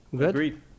Agreed